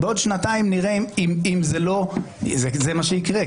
בעוד שנתיים נראה אם זה לא זה מה שיקרה,